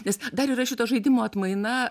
nes dar yra šito žaidimo atmaina